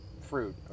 fruit